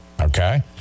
Okay